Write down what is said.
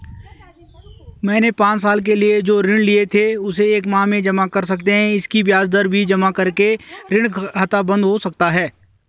मैंने पांच साल के लिए जो ऋण लिए थे उसे एक माह में जमा कर सकते हैं इसकी ब्याज दर भी जमा करके ऋण खाता बन्द हो सकता है?